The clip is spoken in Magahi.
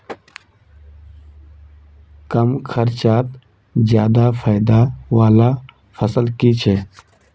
कम खर्चोत ज्यादा फायदा वाला फसल की छे?